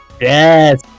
Yes